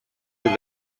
with